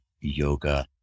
yoga